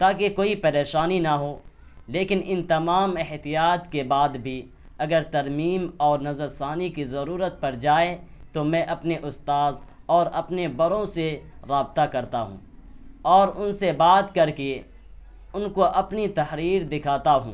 تاکہ کوئی پریشانی نہ ہو لیکن ان تمام احتیاط کے بعد بھی اگر ترمیم اور نظرِ ثانی کی ضرورت پڑ جائے تو میں اپنے استاذ اور اپنے بڑوں سے رابطہ کرتا ہوں اور ان سے بات کر کے ان کو اپنی تحریر دکھاتا ہوں